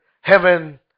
heaven